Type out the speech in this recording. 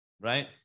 right